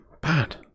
bad